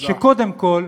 שקודם כול,